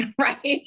right